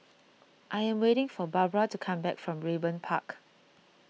I am waiting for Barbra to come back from Raeburn Park